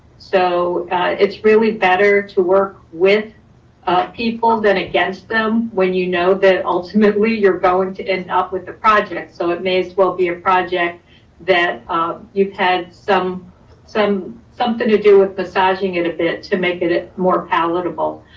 so it's really better to work with people than against them when you know that ultimately you're going to end up with a project. so it may as well be a and project that you've had so um something to do with massaging it a bit, to make it it more palatable.